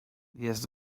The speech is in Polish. jest